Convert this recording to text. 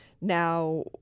Now